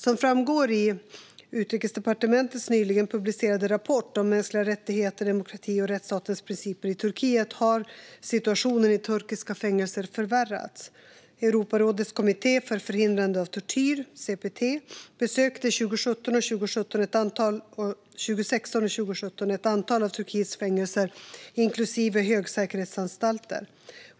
Som framgår i Utrikesdepartementets nyligen publicerade rapport om mänskliga rättigheter, demokrati och rättsstatens principer i Turkiet har situationen i turkiska fängelser förvärrats. Europarådets kommitté för förhindrande av tortyr, CPT, besökte 2016 och 2017 ett antal av Turkiets fängelser, inklusive högsäkerhetsanstalter.